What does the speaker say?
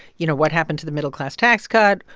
you know, what happened to the middle class tax cut?